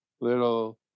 little